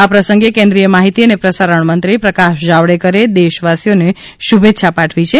આ પ્રસંગે કેન્દ્રીય માહિતી અને પ્રસારણમંત્રી પ્રકાશ જાવડેકરે દેશવાસીઓને શુભેચ્છા પાઠવી છે